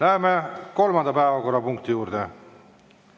Läheme kolmanda päevakorrapunkti juurde: